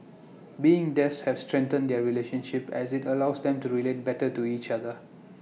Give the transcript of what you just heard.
being death has strengthened their relationship as IT allows them to relate better to each other